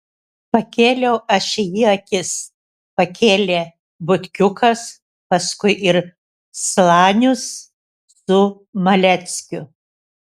pakėliau aš į jį akis pakėlė butkiukas paskui ir slanius su maleckiu